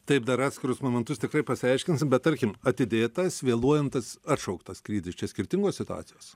taip dar atskirus momentus tiktai pasiaiškinsim bet tarkim atidėtas vėluojantis atšauktas skrydis čia skirtingos situacijos